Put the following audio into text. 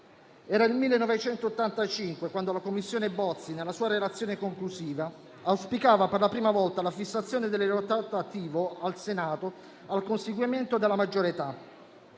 Era il 1985 quando la Commissione Bozzi, nella sua relazione conclusiva, auspicava per la prima volta la fissazione dell'elettorato attivo al Senato al conseguimento della maggiore